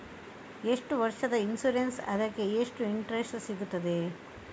ಎಷ್ಟು ವರ್ಷದ ಇನ್ಸೂರೆನ್ಸ್ ಅದಕ್ಕೆ ಎಷ್ಟು ಇಂಟ್ರೆಸ್ಟ್ ಸಿಗುತ್ತದೆ?